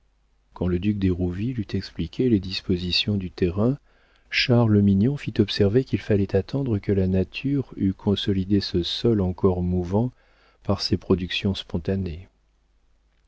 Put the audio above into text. quand le duc d'hérouville eut expliqué les dispositions du terrain charles mignon fit observer qu'il fallait attendre que la nature eût consolidé ce sol encore mouvant par ses productions spontanées